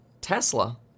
Tesla